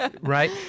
right